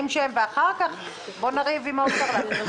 ואחר כך בוא נריב עם האוצר על זה.